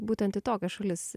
būtent į tokias šalis